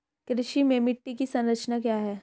कृषि में मिट्टी की संरचना क्या है?